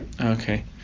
Okay